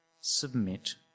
submit